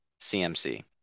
CMC